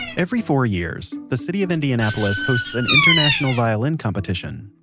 every four years, the city of indianapolis hosts an international violin competition.